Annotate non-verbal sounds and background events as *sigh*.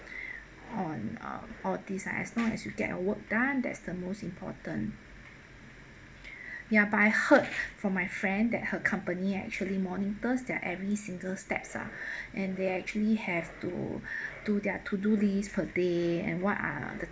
*breath* on uh all these ah as long as you get your work done that's the most important *breath* ya but I heard from my friend that her company actually monitors their every single steps ah *breath* and they actually have to *breath* do their to-do list per day and what are the